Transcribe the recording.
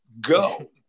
go